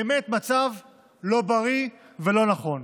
באמת מצב לא בריא ולא נכון.